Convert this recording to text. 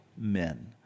men